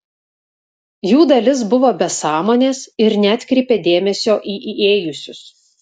jų dalis buvo be sąmonės ir neatkreipė dėmesio į įėjusius